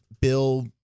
Bill